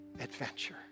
adventure